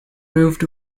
moved